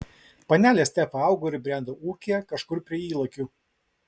panelė stefa augo ir brendo ūkyje kažkur prie ylakių